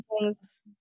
Yes